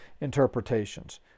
interpretations